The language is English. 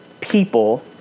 people